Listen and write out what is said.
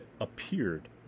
appeared